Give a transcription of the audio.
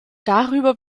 darüber